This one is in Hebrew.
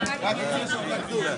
אני מדבר פה בשם הסיגריות האלקטרוניות.